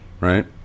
right